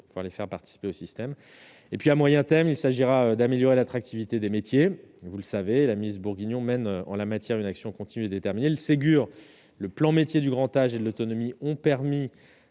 voire les faire participer au système et puis à moyen terme, il s'agira d'améliorer l'attractivité des métiers, vous le savez la mise bourguignon mène en la matière une action continue et déterminer le Ségur le plan métiers du grand âge et de l'autonomie ont permis